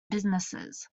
businesses